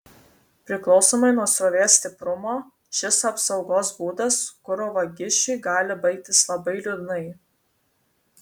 priklausomai nuo srovės stiprumo šis apsaugos būdas kuro vagišiui gali baigtis labai liūdnai